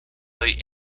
lay